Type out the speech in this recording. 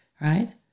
right